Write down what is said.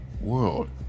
world